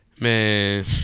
Man